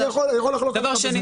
אגב, אני יכול לחלוק עליך בזה.